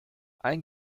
ein